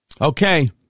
Okay